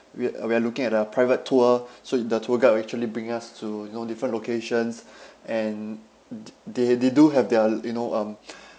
we're uh we're looking at a private tour so in the tour guide will actually bring us to you know different locations and th~ they they do have their you know um